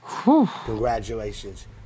Congratulations